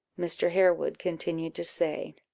mr. harewood continued to say